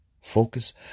Focus